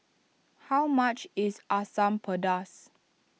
how much is Asam Pedas